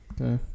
Okay